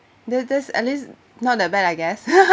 this this at least not that bad I guess